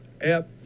app